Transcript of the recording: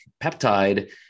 peptide